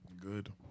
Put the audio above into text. Good